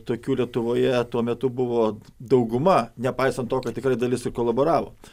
tokių lietuvoje tuo metu buvo dauguma nepaisant to kad tikrai dalis ir kolaboravo